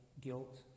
guilt